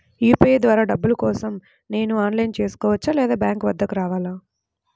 UPI ద్వారా డబ్బులు కోసం నేను ఆన్లైన్లో చేసుకోవచ్చా? లేదా బ్యాంక్ వద్దకు రావాలా?